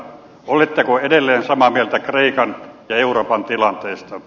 oletteko edelleen samaa mieltä kreikan ja euroopan tilanteesta